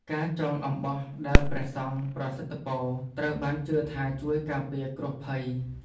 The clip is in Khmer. ការចងអំបោះដែលព្រះសង្ឃប្រសិទ្ធពរ ត្រូវបានជឿថាជួយការពារគ្រោះភ័យ។